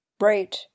Right